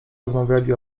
rozmawiali